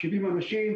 רק 70 אנשים.